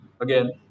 again